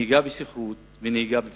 נהיגה בשכרות ונהיגה בפסילה.